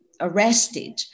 arrested